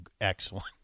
Excellent